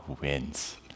wins